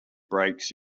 breaks